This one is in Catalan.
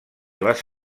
les